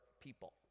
people